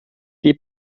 die